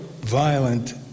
Violent